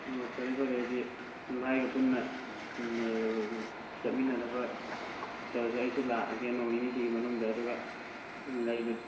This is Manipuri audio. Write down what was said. ꯑꯣ ꯐꯔꯦ ꯐꯔꯦ ꯑꯗꯨꯗꯤ ꯚꯥꯏꯒ ꯄꯨꯟꯅ ꯆꯠꯃꯤꯟꯅꯅꯕ ꯇꯧꯔꯁꯤ ꯑꯩꯁꯨ ꯂꯥꯛꯑꯒꯦ ꯅꯣꯡꯃ ꯅꯤꯅꯤꯁꯤꯒꯤ ꯃꯅꯨꯡꯗ ꯑꯗꯨꯒ ꯂꯩꯕꯗꯨ